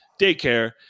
daycare